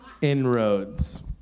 Inroads